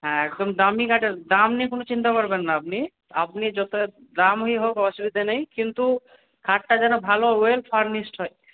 হ্যাঁ একদম দামি কাঠের দাম নিয়ে কোনো চিন্তা করবেন না আপনি আপনি যত দামই হোক অসুবিধা নেই কিন্তু খাটটা যেন ভালো ওয়েল ফার্নিশড হয়